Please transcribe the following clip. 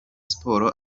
sports